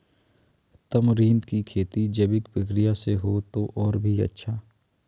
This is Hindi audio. तमरींद की खेती जैविक प्रक्रिया से हो तो और भी अच्छा